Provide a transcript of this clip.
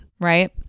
right